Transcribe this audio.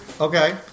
Okay